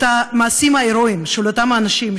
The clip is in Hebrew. את המעשים ההירואיים של אותם אנשים,